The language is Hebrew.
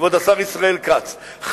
כבוד השר ישראל כץ,